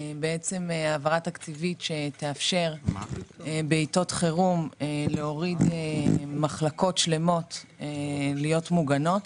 העברה תקציבית שתאפשר בעתות חירום להוריד מחלקות שלמות להיות מוגנות.